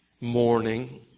morning